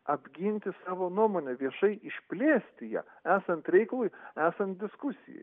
apginti savo nuomonę viešai išplėsti ją esant reikalui esant diskusijai